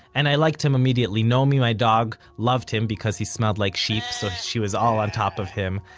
and i liked him immediately nomi my dog loved him because he smelled like sheep so she was all on top of him.